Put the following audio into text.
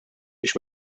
biex